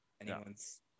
anyone's